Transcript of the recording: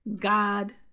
God